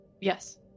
Yes